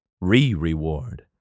Re-reward